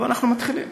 אבל אנחנו מתחילים.